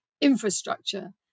infrastructure